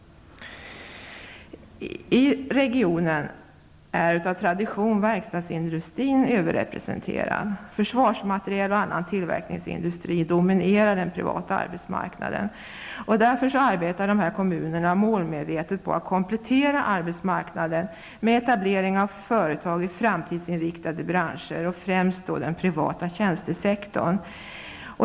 I regionen är av tradition verkstadsindustrin överrepresenterad. Försvarsmateriel och annan tillverkningsindustri dominerar den privata arbetsmarknadsmarknaden. Kommunerna arbetar därför målmedvetet på att komplettera arbetsmarknaden med etablering av företag i framtidsinriktade branscher, främst den privata tjänstesektorn.